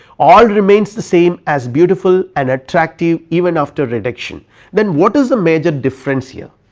all remains the same as beautiful and attractive even after reduction then what is the major difference here.